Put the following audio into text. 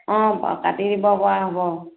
অঁ বাৰু কাটি দিব পৰা হ'ব